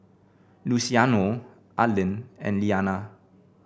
Luciano Arlen and Lyanna